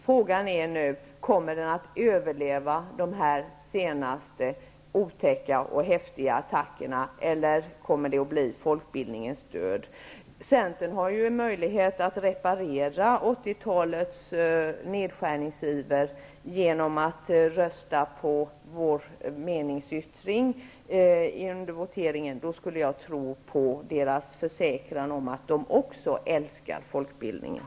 Frågan är nu om den kommer att överleva de senaste otäcka och häftiga attackerna eller om det kommer att bli folkbildningens död. Centern har ju möjlighet att reparera 80-talets nedskärningsiver genom att rösta på vår meningsyttring i voteringen. Då skulle jag tro på deras försäkran om att de också älskar folkbildningen.